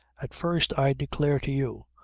at first, i declare to you,